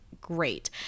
great